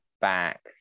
back